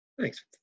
Thanks